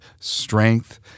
strength